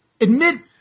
Admit